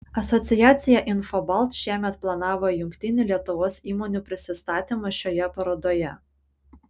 asociacija infobalt šiemet planavo jungtinį lietuvos įmonių prisistatymą šioje parodoje